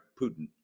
Putin